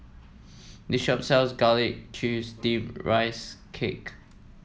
this shop sells Garlic Chives Steamed Rice Cake